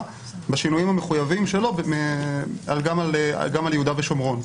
בשינויים המחויבים שלו גם על יהודה ושומרון.